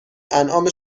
انعام